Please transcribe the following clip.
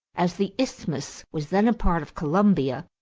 as the isthmus was then a part of colombia,